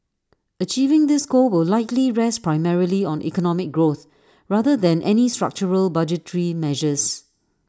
achieving this goal will likely rest primarily on economic growth rather than any structural budgetary measures